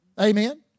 Amen